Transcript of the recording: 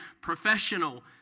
professional